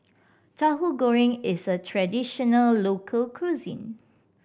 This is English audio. Tauhu Goreng is a traditional local cuisine